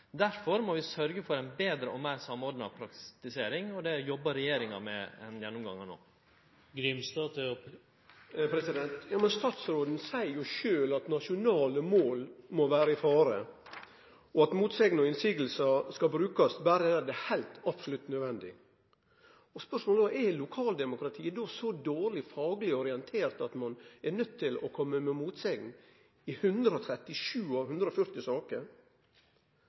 Derfor må vi sørge for ein betre og meir samordna praktisering, og det jobbar regjeringa med ein gjennomgang av no. Oskar J. Grimstad – til oppfølgingsspørsmål. Men statsråden seier jo sjølv at nasjonale mål må vere i fare, og at motsegn berre skal brukast der det er absolutt nødvendig. Spørsmålet er då om lokaldemokratiet er så dårleg fagleg orientert at ein er nøydd til å kome med motsegn i 137 av 140 saker?